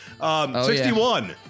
61